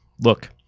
Look